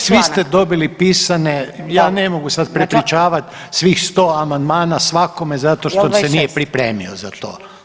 Pogledajte, svi ste dobili pisane, ja ne mogu sad prepričavati svih 100 amandmana svakome zašto što se [[Upadica: Je l' 26?]] nije pripremio za to